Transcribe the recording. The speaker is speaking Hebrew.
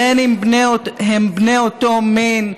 בין שהם בני אותו מין,